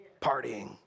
partying